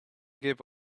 give